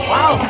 Wow